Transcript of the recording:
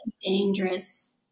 dangerous